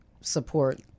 support